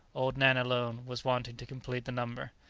old nan alone was wanting to complete the number.